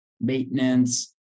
maintenance